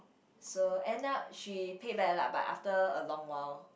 so end up she paid back lah but after a long while